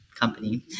company